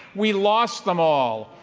we lost them all.